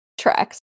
Tracks